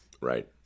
Right